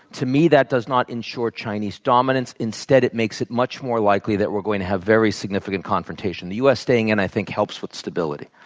to me, that does not ensure chinese dominance. instead, it makes it much more likely that we're going to have very significant confrontation. the u. s. staying in, and i think, helps with stability.